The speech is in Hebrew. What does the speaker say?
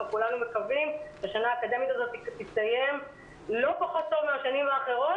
כולנו מקווים שהשנה האקדמית הזאת תסתיים לא פחות טוב מהשנים האחרות,